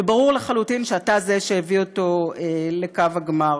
וברור לחלוטין שאתה הוא שהביא אותו לקו הגמר,